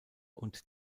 und